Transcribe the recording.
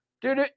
Dude